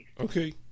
okay